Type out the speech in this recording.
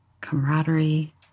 camaraderie